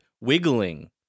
wiggling